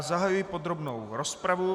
Zahajuji podrobnou rozpravu.